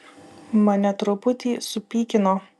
mane truputį supykino